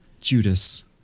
Judas